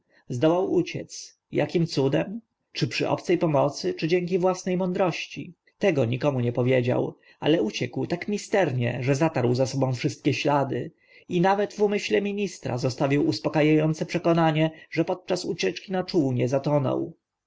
zdołał uciec jakim cudem czy przy obce pomocy czy dzięki własne mądrości tego nikomu nie powiedział ale uciekł tak misternie że zatarł za sobą wszelkie ślady i nawet w umyśle ministra zostawił uspoka a ące przekonanie że podczas ucieczki na czółnie zatonął